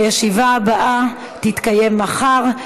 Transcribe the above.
הישיבה הבאה תתקיים מחר,